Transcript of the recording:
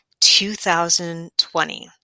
2020